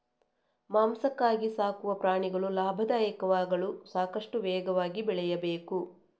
ಮಾಂಸಕ್ಕಾಗಿ ಸಾಕುವ ಪ್ರಾಣಿಗಳು ಲಾಭದಾಯಕವಾಗಲು ಸಾಕಷ್ಟು ವೇಗವಾಗಿ ಬೆಳೆಯಬೇಕು